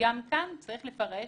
שגם כאן צריך לפרש